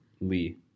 Lee